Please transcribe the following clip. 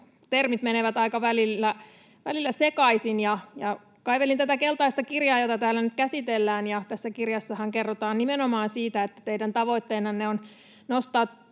termit menevät välillä sekaisin. Kaivelin tätä keltaista kirjaa, jota täällä nyt käsitellään, ja tässä kirjassahan kerrotaan nimenomaan siitä, että teidän tavoitteenanne on nostaa